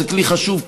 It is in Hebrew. זה כלי חשוב,